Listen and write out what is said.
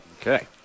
Okay